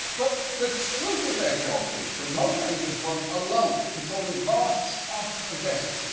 but the truth of their job is that most agents work alone, patrolling vast swathes of desert.